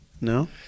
No